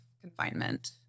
confinement